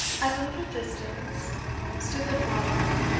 at a little distance stood the father,